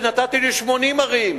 ונתתי ל-80 ערים,